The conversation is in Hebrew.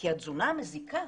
כי התזונה מזיקה.